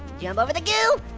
jump over the goo,